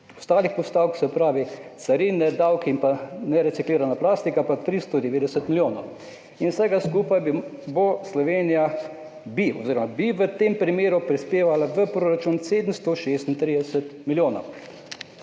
iz ostalih postavk, se pravi carina, davki in nereciklirana plastika, pa 390 milijonov. Vsega skupaj bi Slovenija v tem primeru prispevala v proračun 736 milijonov.